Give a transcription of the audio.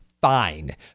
fine